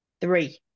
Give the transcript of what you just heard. three